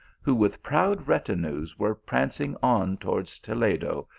who with proud retinues were prancing on towards toledo,